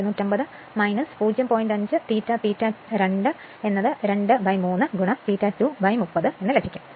5 ∅∅ 2 2 3 ∅2 30 ലഭിക്കും